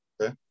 okay